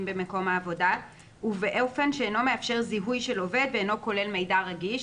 במקום העבודה ובאופן שאינו מאפשר זיהויו של עובד ואינו כולל מידע רגיש.